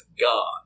God